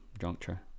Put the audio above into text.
juncture